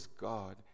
God